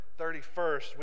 31st